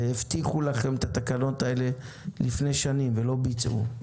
הבטיחו לכם את התקנות האלה לפני שנים ולא ביצעו.